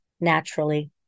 naturally